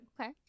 Okay